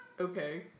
Okay